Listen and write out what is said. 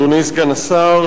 אדוני סגן השר,